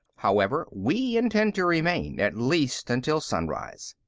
however, we intend to remain, at least until sunrise.